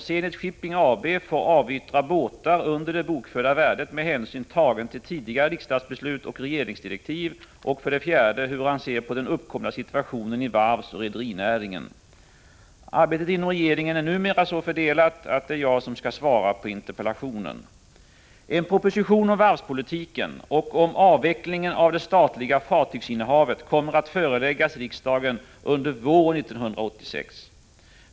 Zenit Shipping AB får avyttra båtar under det bokförda värdet med hänsyn tagen till tidigare riksdagsbeslut och regeringsdirektiv och 4, hur han ser på den uppkomna situationen i varvsoch rederinäringen. Arbetet inom regeringen är numera så fördelat att det är jag som skall svara på interpellationen. En proposition om varvspolitiken och om avvecklingen av det statliga fartygsinnehavet kommer att föreläggas riksdagen under våren 1986.